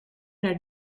naar